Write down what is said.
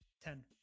Ten